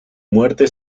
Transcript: muerte